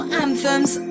anthems